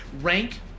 rank